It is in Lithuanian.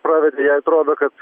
pravedė jai atrodo kad